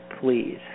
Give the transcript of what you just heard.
please